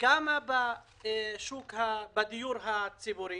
בדיור הציבורי